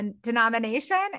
denomination